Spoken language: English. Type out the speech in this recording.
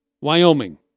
Wyoming